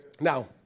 Now